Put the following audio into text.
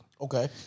Okay